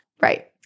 Right